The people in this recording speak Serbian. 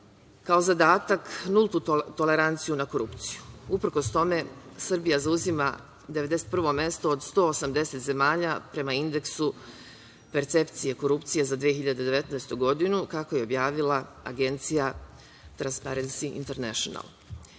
kao zadatak nultu toleranciju na korupciju. Uprkos tome, Srbija zauzima 91 mesto od 180 zemalja prema indeksu percepcije korupcije za 2019. godinu, kako je objavila Agencija „Transparensi internešnal“.Indeks